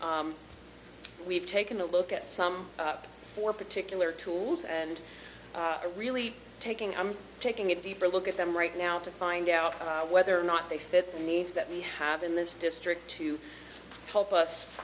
we've taken a look at some four particular tools and to really taking i'm taking a deeper look at them right now to find out whether or not they fit the needs that we have in this district to help us